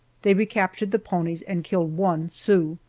they recaptured the ponies and killed one sioux.